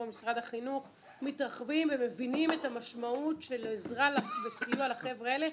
אנחנו מבינים את המשמעות של עזרה וסיוע של החבר'ה האלה,